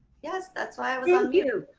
yes, that's why i was on mute.